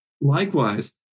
Likewise